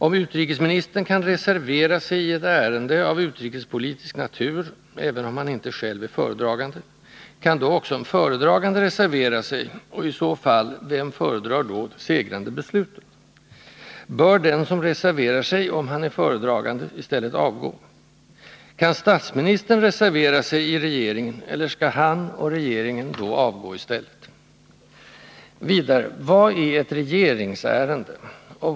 Om utrikesministern kan reservera sig i ett ärende av utrikespolitisk natur , kan då också en föredragande reservera sig, och i så fall: vem föredrar då det segrande beslutet? Bör den som reserverar sig — om han är föredragande — i stället avgå? Kan statsministern reservera sig i regeringen eller skall han — och regeringen — då avgå i stället? Vidare: vad är ett regeringsärende?